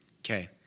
Okay